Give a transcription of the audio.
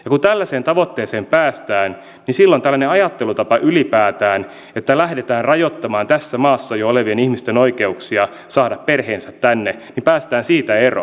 kun tällaiseen tavoitteeseen päästään niin silloin ylipäätään tällaisesta ajattelutavasta että lähdetään rajoittamaan tässä maassa jo olevien ihmisten oikeuksia saada perheensä tänne päästään eroon